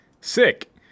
Sick